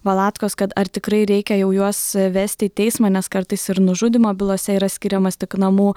valatkos kad ar tikrai reikia jau juos vesti teismą nes kartais ir nužudymo bylose yra skiriamas tik namų